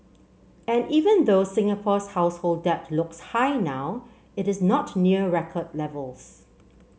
and even though Singapore's household debt looks high now it is not near record levels